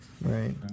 Right